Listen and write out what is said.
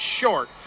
short